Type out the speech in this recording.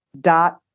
dot